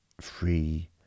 free